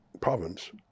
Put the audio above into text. province